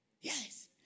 Yes